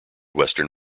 western